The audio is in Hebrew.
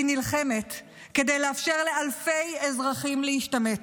היא נלחמת כדי לאפשר לאלפי אזרחים להשתמט.